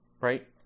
right